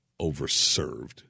Overserved